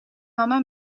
mama